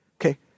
Okay